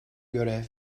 görev